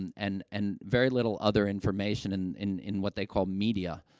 and and and very little other information in in in what they call media.